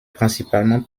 principalement